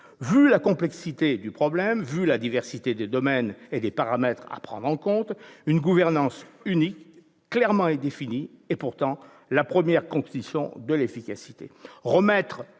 Vu la complexité du problème, vu la diversité des domaines et des paramètres à prendre en compte, une gouvernance unique et clairement définie est pourtant la première condition de l'efficacité.